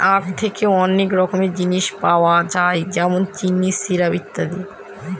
আঁখ থেকে অনেক রকমের জিনিস পাওয়া যায় যেমন চিনি, সিরাপ, ইত্যাদি